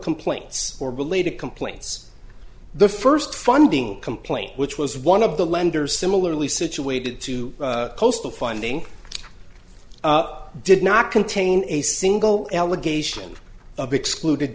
complaints or related complaints the first funding complaint which was one of the lenders similarly situated to coastal funding did not contain a single allegation of excluded